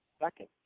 second